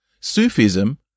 Sufism